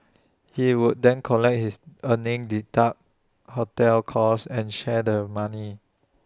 he would then collect his earnings deduct hotel costs and share the money